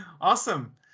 Awesome